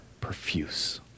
profuse